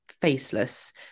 faceless